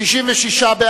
סעיפים 1 6 נתקבלו.